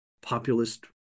populist